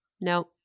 no